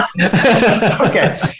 Okay